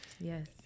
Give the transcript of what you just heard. Yes